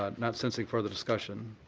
ah not sensing further discussion,